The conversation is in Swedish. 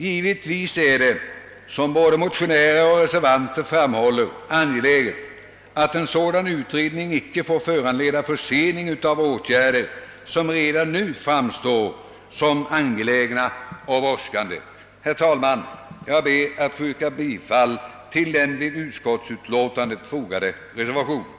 Givetvis är det, som både motionärer och reservanter framhåller, angeläget att en sådan utredning icke får föranleda försening av åtgärder som redan nu framstår som angelägna och brådskande. Herr talman! Jag ber att få yrka bifall till den vid utskottsutlåtandet fogade reservationen.